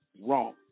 wrong